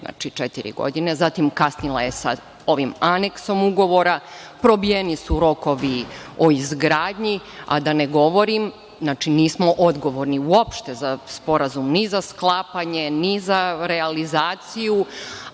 znači, četiri godine, zatim, kasnila je sa ovim aneksom ugovora, probijeni su rokovi o izgradnji, znači, nismo odgovorni uopšte za Sporazum, ni za sklapanje, ni za realizaciju,